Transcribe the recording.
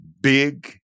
big